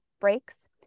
breaks